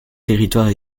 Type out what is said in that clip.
territoire